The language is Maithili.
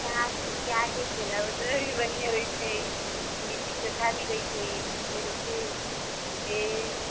छलै हँ ओतबे भी बढ़िआँ रहैत छै ई लिट्टी चोखा भी रहैत छै ई फिर ओ जे